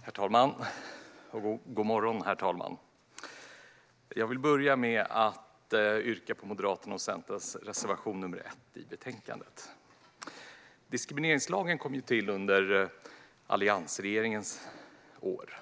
Utvidgat skydd mot diskriminering i form av bristande tillgäng-lighet Herr talman! Jag vill börja med att yrka bifall till Moderaternas och Centerpartiets reservation 1 i betänkandet. Diskrimineringslagen kom till under alliansregeringens år.